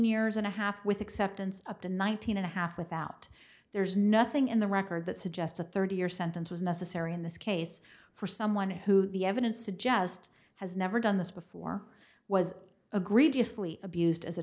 years and a half with acceptance of the nineteen and a half without there's nothing in the record that suggests a thirty year sentence was necessary in this case for someone who the evidence suggests has never done this before was a greedy asli abused as a